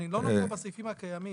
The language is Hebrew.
אני לא נוגע בסעיפים הקיימים.